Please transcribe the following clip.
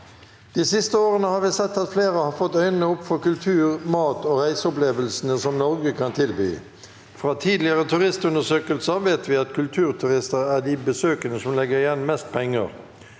«De siste årene har vi sett at flere har fått øynene opp for kultur-, mat- og reiseopplevelsene som Norge kan tilby. Fra tidligere turistundersøkelser vet vi at kulturtu- rister er de besøkende som legger igjen mest penger.